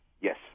Yes